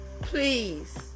Please